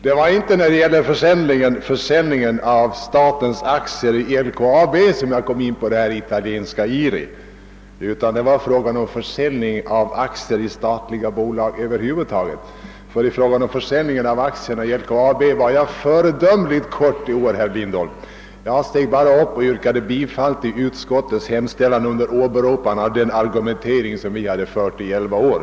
Det var inte i fråga om försäljningen av statens aktier i LEAB som jag kom in på de italienska IRI-företagen, utan det gällde försäljningen av aktier i statliga bolag över huvud taget. När vi i år behandlade frågan om försäljning av aktierna i LKAB var jag föredömligt kortfattad, herr Lindholm. Jag yrkade bara bifall till utskottets hemställan under åberopande av den argumentering som vi fört i elva år.